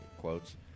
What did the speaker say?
quotes